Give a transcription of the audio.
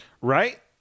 Right